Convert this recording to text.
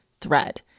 thread